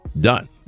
done